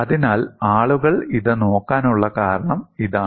അതിനാൽ ആളുകൾ ഇത് നോക്കാനുള്ള കാരണം ഇതാണ്